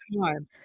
time